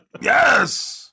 Yes